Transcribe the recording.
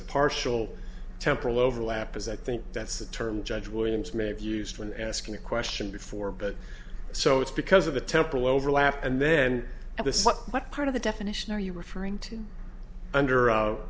a partial temporal overlap as i think that's the term judge williams may have used when asking a question before but so it's because of the temporal overlap and then at the what part of the definition are you referring to under